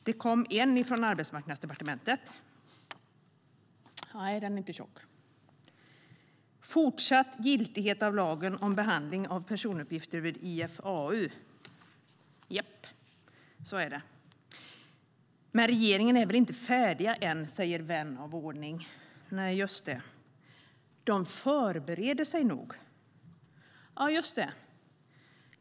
Det kom en. Japp, så är det. Men regeringen är väl inte färdig än, säger vän av ordning. Nej, just det. De förbereder sig nog. Ja, just det.